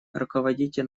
руководите